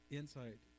insight